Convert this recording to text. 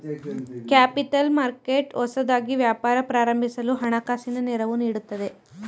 capital market ಹೊಸದಾಗಿ ವ್ಯಾಪಾರ ಪ್ರಾರಂಭಿಸಲು ಹಣಕಾಸಿನ ನೆರವು ನೀಡುತ್ತದೆ